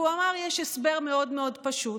והוא אמר: יש הסבר מאוד מאוד פשוט.